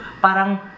parang